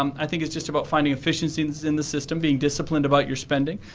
um i think it's just about finding efficiencies in the system. being disciplined about your spending.